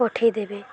ପଠାଇ ଦେବେ